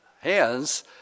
hands